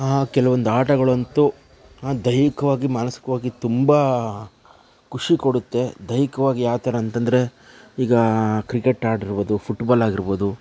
ಕೆಲವೊಂದು ಆಟಗಳಂತೂ ದೈಹಿಕವಾಗಿ ಮಾನಸಿಕವಾಗಿ ತುಂಬ ಖುಷಿ ಕೊಡುತ್ತೆ ದೈಹಿಕವಾಗಿ ಯಾವ ಥರ ಅಂತಂದರೆ ಈಗ ಕ್ರಿಕೆಟ್ ಆಡಿರ್ಬೋದು ಫುಟ್ಬಾಲ್ ಆಗಿರ್ಬೋದು